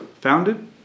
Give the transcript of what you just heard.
founded